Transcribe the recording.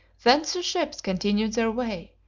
thence the ships continued their way,